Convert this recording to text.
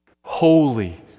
holy